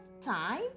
time